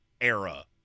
era